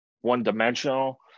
one-dimensional